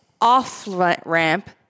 Off-ramp